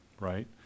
right